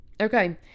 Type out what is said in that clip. Okay